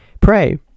Pray